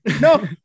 no